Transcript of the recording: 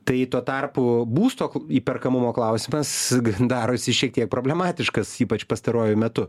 tai tuo tarpu būsto įperkamumo klausimas darosi šiek tiek problematiškas ypač pastaruoju metu